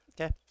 Okay